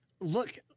Look